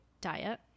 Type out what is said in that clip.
diet